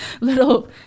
little